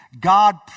God